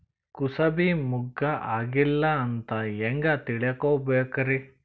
ಕೂಸಬಿ ಮುಗ್ಗ ಆಗಿಲ್ಲಾ ಅಂತ ಹೆಂಗ್ ತಿಳಕೋಬೇಕ್ರಿ?